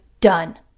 done